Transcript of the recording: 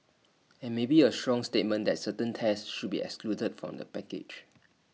and maybe A strong statement that certain tests should be excluded from the package